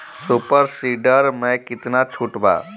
Super seeder मै कितना छुट बा?